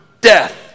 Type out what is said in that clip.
death